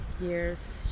years